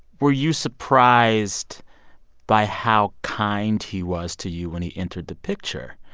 were you surprised by how kind he was to you when he entered the picture?